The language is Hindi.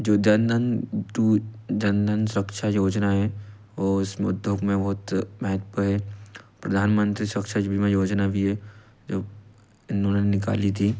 जो जनधन जो जनधन सुरक्षा योजना है वो इस उद्योग में बहुत महत्व है प्रधानमंत्री सुरक्षा बीमा योजना भी है जो इन्होंने निकाली थी